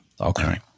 Okay